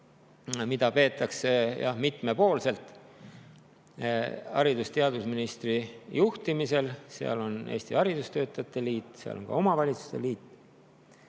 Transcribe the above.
mida peetakse mitmepoolselt haridus- ja teadusministri juhtimisel. Seal on Eesti Haridustöötajate Liit, seal on ka omavalitsuste liit.